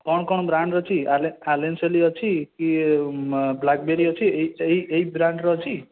କ'ଣ କ'ଣ ବ୍ରାଣ୍ଡ ଅଛି ଆଲେନ୍ ସୋଲି ଅଛି କି ବ୍ଲାକ୍ବେରୀ ଅଛି ଏହି ବ୍ରାଣ୍ଡର ଅଛି